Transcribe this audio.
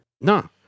No